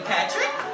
Patrick